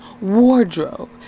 wardrobe